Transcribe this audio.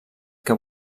que